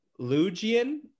Lugian